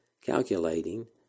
calculating